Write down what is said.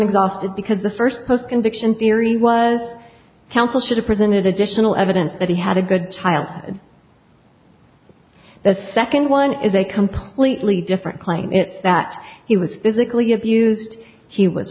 exhaustive because the first post conviction theory was counsel should have presented additional evidence that he had a good child and the second one is a completely different claim that he was physically abused she was